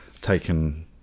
taken